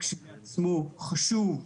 כשלעצמו חשוב,